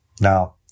Now